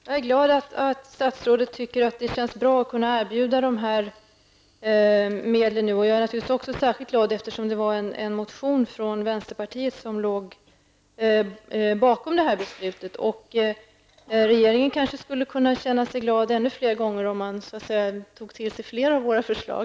Herr talman! Jag är glad att statsrådet tycker att det känns bra att kunna erbjuda dessa medel. Jag är naturligtvis särskilt glad eftersom det var en motion från vänsterpartiet som låg bakom detta beslut. Regeringen skulle kanske kunna känna sig glad ännu fler gånger om den tog till sig fler av våra förslag.